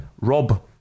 Rob